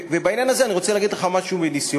ובעניין הזה אני רוצה לומר לך משהו מניסיוני.